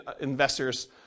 investors